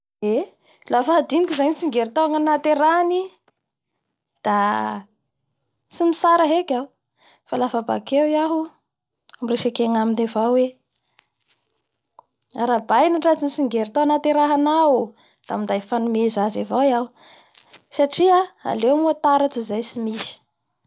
Eee !lafa hadiniko zay ny tsingeritaonana nahaterahany da tsy mitsara heky iaho lafa bakeo iaho miresaky agnaminy avao hoe arabay tratry ny tsingeritona nahaterahanao damainday fanomeza azy avao iaho. Satria aleo tara toy izay tsy misy.